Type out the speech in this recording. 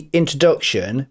introduction